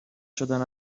شدن